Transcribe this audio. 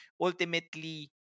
ultimately